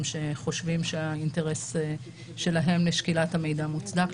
שחושבים שהאינטרס שלהם לשקילת המידע מוצדק,